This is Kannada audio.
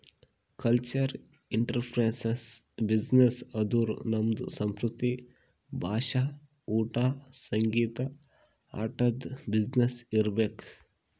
ಕಲ್ಚರಲ್ ಇಂಟ್ರಪ್ರಿನರ್ಶಿಪ್ ಬಿಸಿನ್ನೆಸ್ ಅಂದುರ್ ನಮ್ದು ಸಂಸ್ಕೃತಿ, ಭಾಷಾ, ಊಟಾ, ಸಂಗೀತ, ಆಟದು ಬಿಸಿನ್ನೆಸ್ ಇರ್ಬೇಕ್